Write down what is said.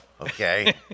okay